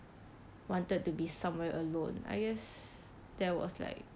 wanted to be somewhere alone I guess that was like